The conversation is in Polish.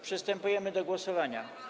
Przystępujemy do głosowania.